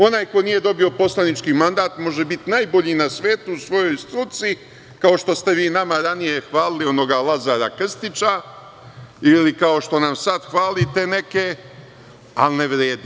Onaj ko nije dobio poslanički mandat, može biti najbolji na svetu u svojoj struci, kao što ste vi nama ranije hvalili onoga Lazara Krstića ili kao što nam sad hvalite neke, ali ne vredi.